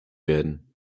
werden